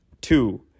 Two